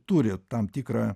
turi tam tikrą